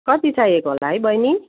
कति चाहिएको होला है बहिनी